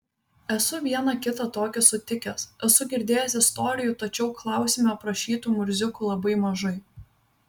esu vieną kitą tokį sutikęs esu girdėjęs istorijų tačiau klausime aprašytų murziukų labai mažai